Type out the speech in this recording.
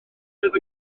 oedd